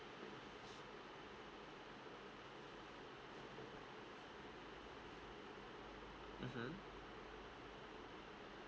mmhmm